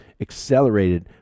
accelerated